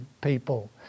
people